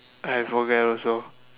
I forget also